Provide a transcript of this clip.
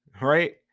Right